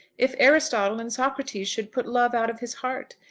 if aristotle and socrates should put love out of his heart!